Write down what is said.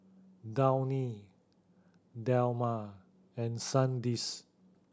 Downy Dilmah and Sandisk